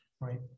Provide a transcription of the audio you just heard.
right